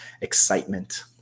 excitement